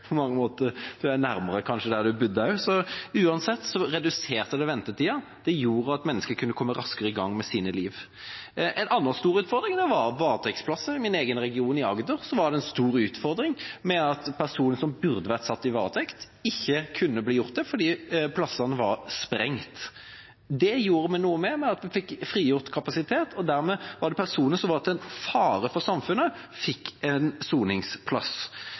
på, er de aller fleste som soner i Nederland, av utenlandsk opprinnelse. Så når det gjelder nærhetsprinsippet, var det kanskje nærmere der de bodde. Uansett reduserte det ventetida og gjorde at mennesker kunne komme raskere i gang med sine liv. En annen stor utfordring var varetektsplasser. I min egen region, Agder, var det en stor utfordring at personer som burde blitt satt i varetekt, ikke kunne bli det fordi kapasiteten var sprengt. Det gjorde vi noe med ved at vi fikk frigjort kapasitet, og dermed fikk personer som var til fare for samfunnet, en soningsplass.